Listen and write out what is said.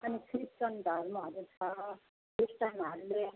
अनि क्रिस्चियन धर्महरू छ क्रिस्चियनहरूले